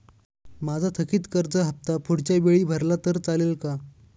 माझा थकीत कर्ज हफ्ता पुढच्या वेळी भरला तर चालेल का?